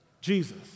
Jesus